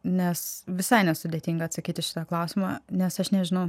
nes visai nesudėtinga atsakyt į šitą klausimą nes aš nežinau